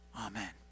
Amen